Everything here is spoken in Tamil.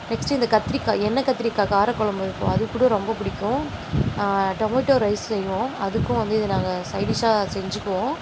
நெக்ஸ்ட்டு இந்த கத்திரிக்காய் எண்ணெய் கத்திரிக்காய் காரக்குழம்பு இருக்கும் அது கூட ரொம்ப பிடிக்கும் டொமேட்டோ ரைஸ் செய்வோம் அதுக்கும் வந்து இதை நாங்கள் சைடிஷ்ஷாக செஞ்சுக்குவோம்